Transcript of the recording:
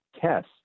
test